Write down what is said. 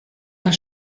das